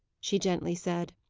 she gently said.